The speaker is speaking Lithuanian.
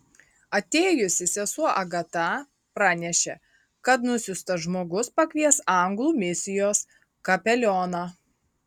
atėjusi sesuo agata pranešė kad nusiųstas žmogus pakvies anglų misijos kapelioną